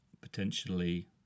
potentially